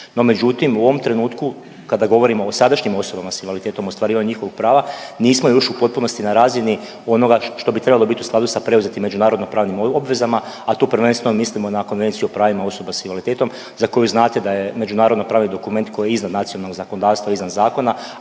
no međutim, u ovom trenutku kada govorimo o sadašnjim osobama s invaliditetom i ostvarivanju njihovog prava, nismo još u potpunosti na razini onoga što bi trebalo biti u skladu sa preuzetim međunarodno-pravnim obvezama, a tu prvenstveno mislimo na Konvenciju o pravima osoba s invaliditetom, za koju znate da je međunarodnopravni dokument koji je iznad nacionalnog zakonodavstva i iznad zakona,